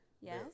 Yes